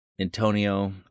Antonio